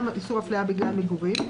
גם איסור אפליה בגלל מגורים,